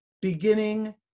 beginning